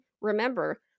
remember